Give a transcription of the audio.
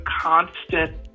constant